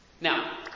Now